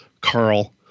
Carl